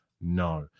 no